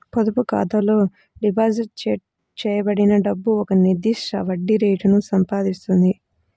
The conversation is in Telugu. పొదుపు ఖాతాలో డిపాజిట్ చేయబడిన డబ్బు ఒక నిర్దిష్ట వడ్డీ రేటును సంపాదిస్తుంది